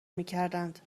میکردند